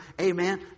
Amen